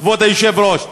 כבוד היושב-ראש.